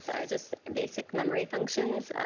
so just basic memory functions.